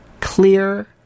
clear